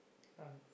and